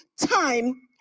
time